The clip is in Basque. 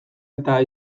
eta